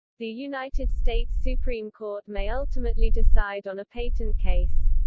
the united states supreme court may ultimately decide on a patent case.